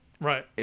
Right